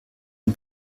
den